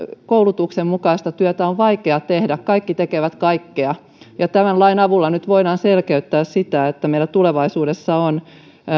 koulutuksen mukaista työtä on vaikea tehdä kaikki tekevät kaikkea tämän lain avulla nyt voidaan selkeyttää sitä että meillä tulevaisuudessa on